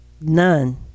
None